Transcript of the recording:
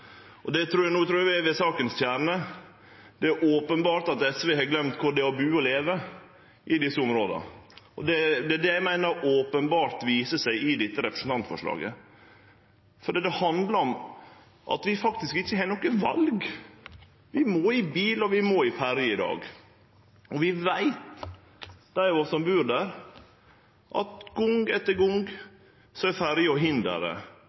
No trur eg vi er ved kjernen i saka: Det er jo openbert at SV har gløymt korleis det er å bu og leve i desse områda. Det er det eg meiner openbert viser seg i dette representantforslaget, for det handlar om at vi faktisk ikkje har noko val. Vi må i bil, og vi må i ferje i dag. Og vi veit, dei av oss som bur der, at gong etter gong er ferja hinderet for nye bu- og